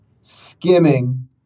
skimming